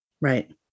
Right